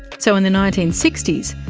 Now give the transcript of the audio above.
so in the nineteen sixty s,